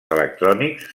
electrònics